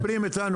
מדברים איתנו,